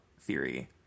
theory